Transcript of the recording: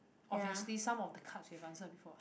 obviously some of the cards we have answered before what